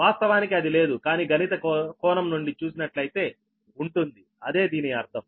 వాస్తవానికి అది లేదు కానీ గణిత కోణం నుండి చూసినట్లయితే ఉంటుందిఅదే దీని అర్థం